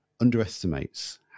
underestimates